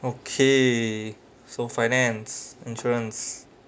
okay so finance insurance